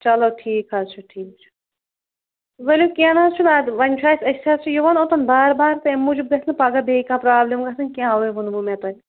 چلو ٹھیٖک حظ چھُ ٹھیٖک چھُ ؤلِو کیٚنٛہہ نہ حظ چھُنہٕ اَدٕ وۄنۍ چھُ اَسہِ أسۍ حظ چھِ یِوان اوٚتَن بار بار تَمہِ موٗجوٗب گژھِ نہٕ پگاہ بیٚیہِ کانٛہہ پرٛابلِم گژھٕنۍ کیٚنٛہہ اَوے ووٚنمو مےٚ تۄہہِ